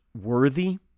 worthy